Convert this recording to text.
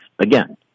Again